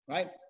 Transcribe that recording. Right